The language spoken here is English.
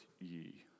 ye